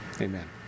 Amen